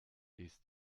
isst